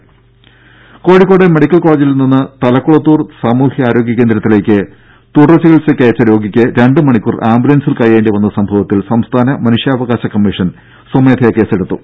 രുര കോഴിക്കോട് മെഡിക്കൽ കോളജിൽ നിന്ന് തലക്കുളത്തൂർ സാമൂഹികാരോഗ്യ കേന്ദ്രത്തിലേക്ക് തുടർചികിത്സയ്ക്കയച്ച രോഗിക്ക് രണ്ട് മണിക്കൂർ ആംബുലൻസിൽ കഴിയേണ്ടി വന്ന സംഭവത്തിൽ സംസ്ഥാന മനുഷ്യാവകാശ കമ്മീഷൻ സ്വമേധയാ കേസെടുത്തു